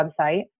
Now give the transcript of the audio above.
website